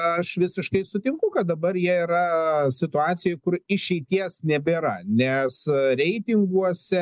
aš visiškai sutinku kad dabar jie yra situacijoj kur išeities nebėra nes reitinguose